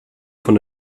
von